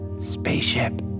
Spaceship